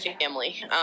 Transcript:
family